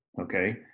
okay